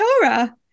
Torah